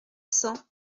cents